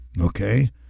okay